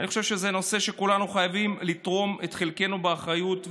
אני חושב שזה נושא שכולנו חייבים לתרום את חלקנו באחריות,